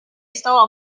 still